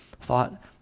thought